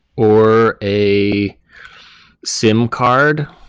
or a sim card,